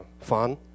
fun